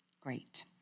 Great